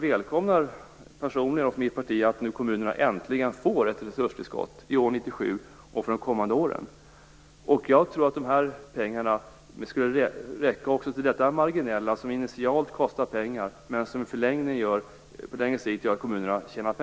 Jag personligen och mitt parti välkomnar att kommunerna nu äntligen får ett resurstillskott för 1997 och för de kommande åren. Jag tror att de pengarna skulle räcka också till detta marginella, som initialt kostar pengar men som kommunerna på längre sikt kommer att tjäna på.